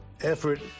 effort